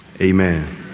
Amen